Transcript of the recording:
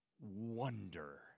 wonder